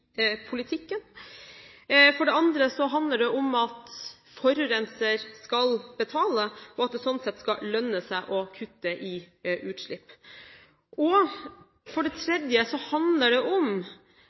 For det andre handler det om at forurenser skal betale, og at det slik sett skal lønne seg å kutte i utslipp. For det